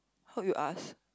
hope you ask